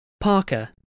Parker